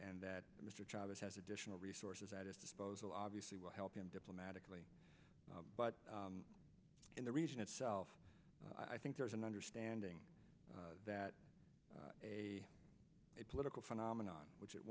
and that mr chavez has additional resources at his disposal obviously will help him diplomatically but in the region itself i think there's an understanding that a political phenomenon which at